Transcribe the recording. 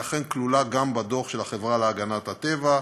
והיא אכן כלולה גם בדוח של החברה להגנת הטבע,